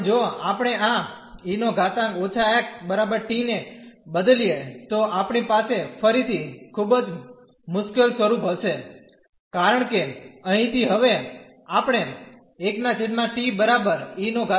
પણ જો આપણે આ e−xt ને બદલીએ તો આપણી પાસે ફરીથી ખૂબ જ મુશ્કેલ સ્વરુપ હશે કારણ કે અહીંથી હવે આપણે મેળવીશું